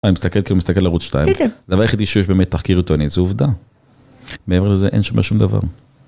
אני מסתכל כאילו מסתכל ערוץ 2, כן כן, דבר יחידי שיש באמת תחקיר עיתונאי, זו עובדה. מעבר לזה אין שם שום דבר.